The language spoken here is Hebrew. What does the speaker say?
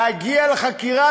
להגיע לחקירה.